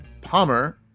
Palmer